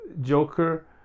Joker